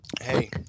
Hey